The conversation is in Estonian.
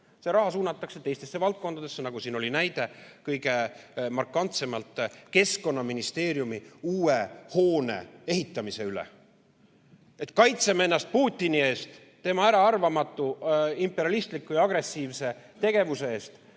See raha suunatakse teistesse valdkondadesse. Siin oli kõige markantsem näide Keskkonnaministeeriumi uue hoone ehitamine. Et kaitseme ennast Putini eest, tema äraarvamatu, imperialistliku ja agressiivse tegevuse eest